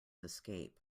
escape